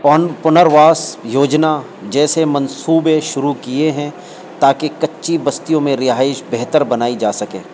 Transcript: پن پنرواس یوجنا جیسے منصوبے شروع کیے ہیں تاکہ کچی بستیوں میں رہائش بہتر بنائی جا سکے